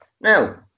now